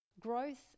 Growth